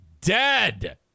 dead